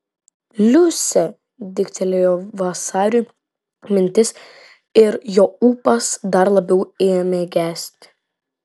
liucė dilgtelėjo vasariui mintis ir jo ūpas dar labiau ėmė gesti